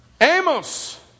Amos